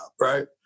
right